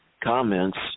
comments